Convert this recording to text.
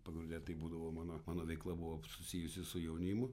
pagrinde tai būdavo mano mano veikla buvo susijusi su jaunimu